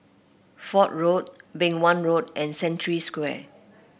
Fort Road Beng Wan Road and Century Square